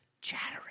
chattering